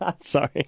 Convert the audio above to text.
sorry